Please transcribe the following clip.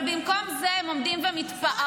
אבל במקום זה הם עומדים ומתפארים,